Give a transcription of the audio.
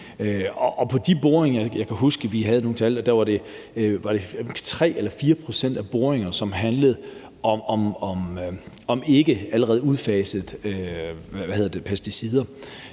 for de boringer, og det var 3 eller 4 pct. af boringerne, som handlede om ikke allerede udfasede pesticider.